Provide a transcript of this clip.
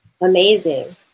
amazing